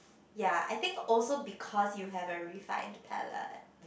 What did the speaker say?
ya I think also because you have a refined palate